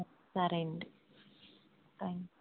సరే అండి థ్యాంక్స్